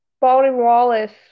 Baldwin-Wallace